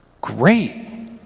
great